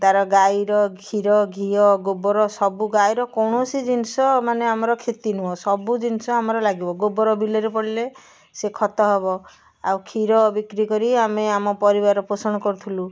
ତାର ଗାଈର କ୍ଷୀର ଘିଅ ଗୋବର ସବୁ ଗାଈର କୌଣସି ଜିନିଷ ମାନେ ଆମର କ୍ଷତି ନୁହଁ ସବୁ ଜିନିଷ ଆମର ଲାଗିବ ଗୋବର ବିଲରେ ପଡ଼ିଲେ ସେ ଖତ ହବ ଆଉ କ୍ଷୀର ବିକ୍ରି କରି ଆମେ ଆମ ପରିବାର ପୋଷଣ କରୁଥିଲୁ